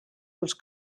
els